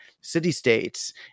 city-states